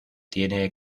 tiene